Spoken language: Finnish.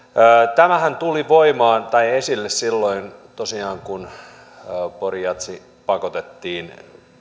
tämähän tuli esille tosiaan silloin kun pori jazz pakotettiin